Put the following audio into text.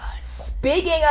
Speaking